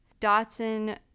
Dotson